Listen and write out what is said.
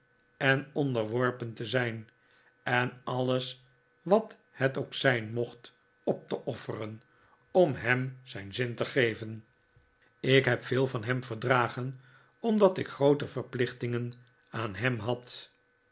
en onderworpen te zijn en alles wat het ook zijn mocht op te offeren oiri hem zijn zin te geven ik heb veel van hem verdragen omdat ik groote verplichtingen aan hem had